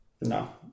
No